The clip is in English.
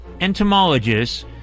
entomologists